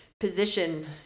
Position